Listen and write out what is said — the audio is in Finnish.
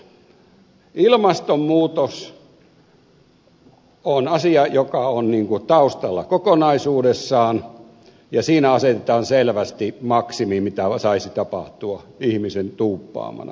ilmastonmuutos on asia joka on ikään kuin taustalla kokonaisuudessaan ja siinä asetetaan selvästi maksimi mitä saisi tapahtua ihmisen tuuppaamana